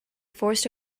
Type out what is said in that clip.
forced